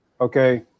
Okay